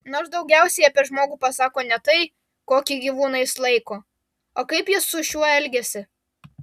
nors daugiausiai apie žmogų pasako ne tai kokį gyvūną jis laiko o kaip jis su šiuo elgiasi